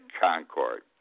Concord